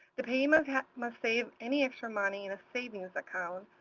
the payee must must save any extra money in a savings account,